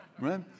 right